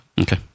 Okay